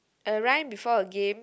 a rhyme before a game